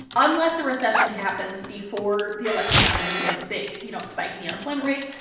unless a recession happens before the election happens and we have a big, you know, spike in the unemployment rate,